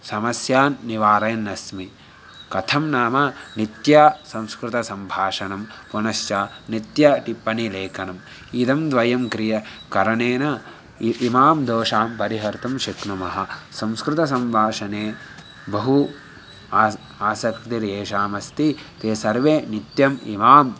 समस्यान् निवारयन्नस्मि कथं नाम नित्यं संस्कृतसम्भाषणं पुनश्च नित्यं टिप्पणिलेखनम् इदं द्वयं क्रिय करणेन इमां दोषां परिहर्तुं शक्नुमः संस्कृतसम्भाषणे बहु आस् आसक्तिर्येषामस्ति ते सर्वे नित्यम् इमाम्